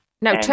now